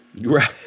Right